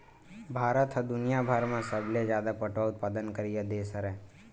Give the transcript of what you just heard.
भारत ह दुनियाभर म सबले जादा पटवा उत्पादन करइया देस हरय